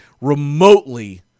remotely